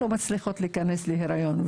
לא מצליחות להיכנס להריון.